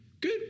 good